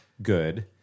Good